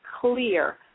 clear